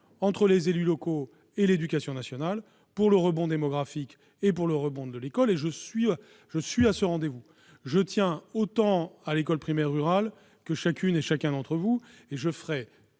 entre les élus locaux et l'éducation nationale, pour le rebond démographique et pour le rebond de l'école, et je suis à ce rendez-vous. Je tiens autant à l'école primaire rurale que chacune et chacun d'entre vous, et je ferai